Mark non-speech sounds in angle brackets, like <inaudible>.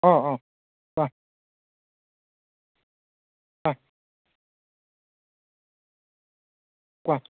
অ' অ' কোৱা <unintelligible>